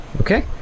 Okay